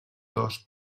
dos